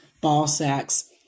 ball-sacks